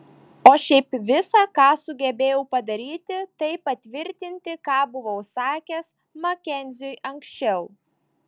o šiaip visa ką sugebėjau padaryti tai patvirtinti ką buvau sakęs makenziui anksčiau